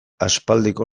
aspaldiko